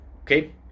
Okay